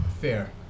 fair